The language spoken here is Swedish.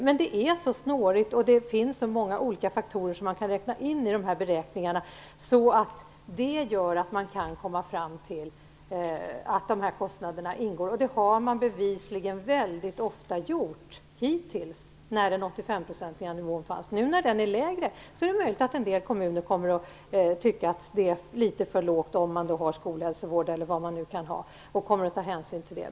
Men det är så snårigt och det finns så många olika faktorer som man kan föra in i de här beräkningarna att det gör att man kan komma fram till att de här kostnaderna ingår. Det har man bevisligen mycket ofta gjort hittills, när den 85-procentiga nivån gällde. Nu när nivån är lägre är det möjligt att en del kommuner kommer att tycka att det är litet för lågt, om man har skolhälsovård eller vad man kan ha, och kommer att ta hänsyn till det.